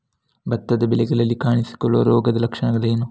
ಭತ್ತದ ಬೆಳೆಗಳಲ್ಲಿ ಕಾಣಿಸಿಕೊಳ್ಳುವ ರೋಗದ ಲಕ್ಷಣಗಳೇನು?